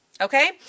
Okay